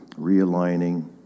realigning